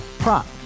Prop